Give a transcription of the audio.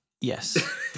Yes